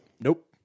Nope